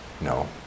no